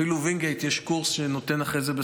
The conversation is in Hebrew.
אפילו בווינגייט יש קורס שנותן אחרי זה,